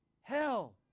hell